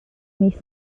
mis